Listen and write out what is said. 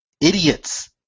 Idiots